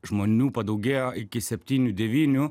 žmonių padaugėjo iki septynių devyniųx